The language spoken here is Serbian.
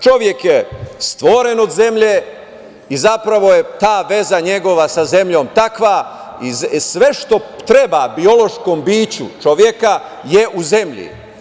Čovek je stvoren od zemlje i zapravo je ta veza njegova sa zemljom takva i sve što treba biološkom biću čoveka je u zemlji.